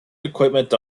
equipment